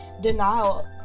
denial